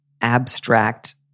abstract